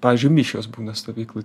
pavyzdžiui mišios būna stovykloj